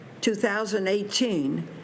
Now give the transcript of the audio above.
2018